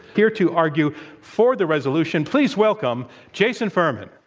here to argue for the resolution, please welcome jason furman.